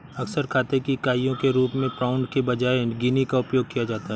अक्सर खाते की इकाइयों के रूप में पाउंड के बजाय गिनी का उपयोग किया जाता है